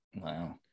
Wow